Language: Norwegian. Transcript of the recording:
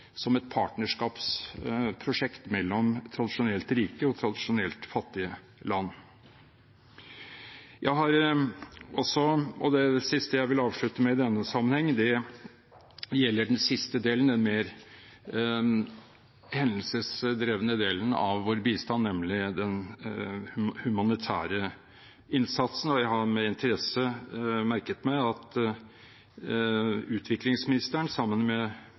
som et partnerskapsprosjekt mellom tradisjonelt rike og tradisjonelt fattige land. Det jeg vil avslutte med i denne sammenheng, gjelder den siste delen, den mer hendelsesdrevne delen av vår bistand, nemlig den humanitære innsatsen. Jeg har med interesse merket meg at utviklingsministeren, sammen med